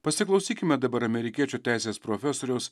pasiklausykime dabar amerikiečių teisės profesoriaus